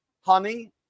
honey